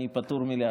אני פטור מלהשיב,